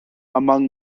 among